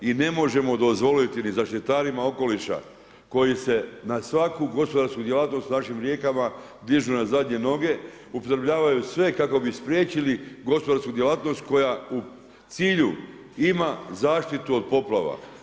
I ne možemo dozvoliti ni zaštitarima okoliša koji se na svaku gospodarsku djelatnost našim rijekama dižu na zadnje noge, upotrebljavaju sve kako bi spriječili gospodarsku djelatnost koja u cilju ima zaštitu od poplava.